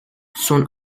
son